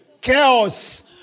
Chaos